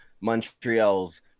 Montreal's